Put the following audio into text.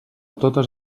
totes